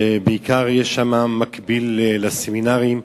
שבעיקר יש שם, מקביל לסמינרים,